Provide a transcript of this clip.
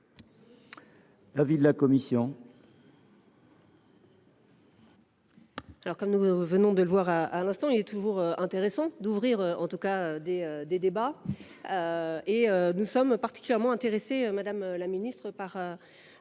avis de la commission